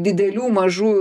didelių mažų